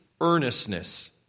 earnestness